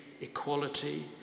equality